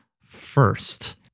first